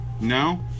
No